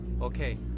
Okay